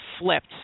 flipped